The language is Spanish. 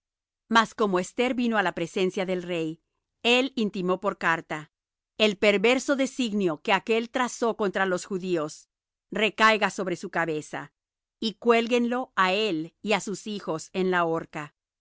mas como esther vino á la presencia del rey él intimó por carta el perverso designio que aquél trazó contra los judíos recaiga sobre su cabeza y cuélguenlo á él y á sus hijos en la horca